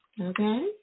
Okay